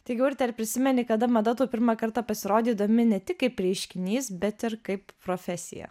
taigi urte ar prisimeni kada mada tau pirmą kartą pasirodė įdomi ne tik kaip reiškinys bet ir kaip profesija